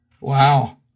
Wow